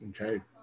Okay